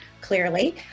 clearly